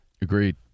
Agreed